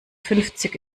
fünfzig